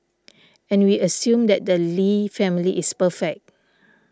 and we assume that the Lee family is perfect